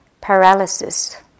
paralysis